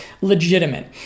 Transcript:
legitimate